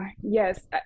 yes